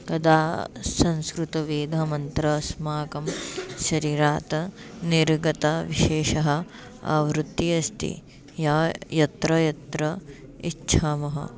कदा संस्कृतवेदमन्त्रः अस्माकं शरीरात् निर्गताविशेषः आवृत्तिः अस्ति या यत्र यत्र इच्छामः